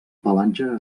pelatge